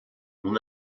mon